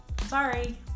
sorry